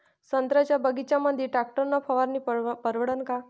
संत्र्याच्या बगीच्यामंदी टॅक्टर न फवारनी परवडन का?